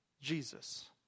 Jesus